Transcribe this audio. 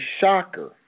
shocker